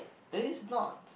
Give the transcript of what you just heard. then it's not